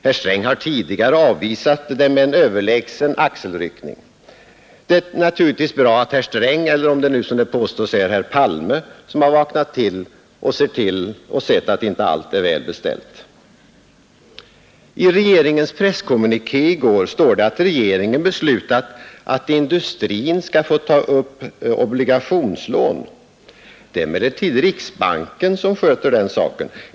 Herr Sträng har tidigare avvisat dem med en överlägsen axelryckning. Det är naturligtvis bra att herr Sträng — eller om det nu, som det påstås, är herr Palme — vaknat till och sett att allt inte är väl beställt. I regeringens presskommuniké i går står det att regeringen beslutat att industrin skall få ta upp obligationslån. Det är emellertid riksbanken som sköter den saken.